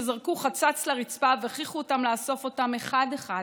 שזרקו אבני חצץ לרצפה והכריחו אותם לאסוף אותן אחת-אחת,